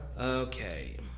Okay